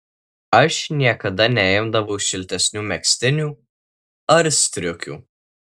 aš niekada neimdavau šiltesnių megztinių ar striukių